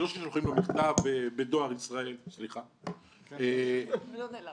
זה לא ששולחים לו מכתב בדואר ישראל - זה לא זה,